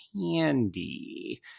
Candy